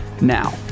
Now